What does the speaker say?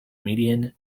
median